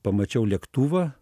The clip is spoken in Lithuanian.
pamačiau lėktuvą